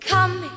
Come